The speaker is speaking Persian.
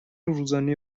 روزانه